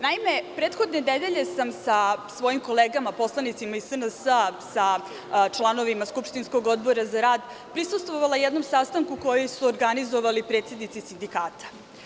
Naime, prethodne nedelje sam sa svojim kolegama, poslanicima iz SNS-a, sa članovima skupštinskog Odbora za rad prisustvovala jednom sastanku koji su organizovali predsednici sindikata.